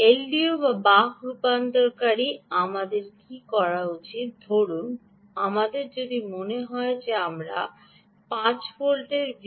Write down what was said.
LDO বা buck রূপান্তরকারী আমাদের কী করা উচিত ধরুন আমাদের যদি মনে হয় যে আপনার কাছে 5 ভোল্টের V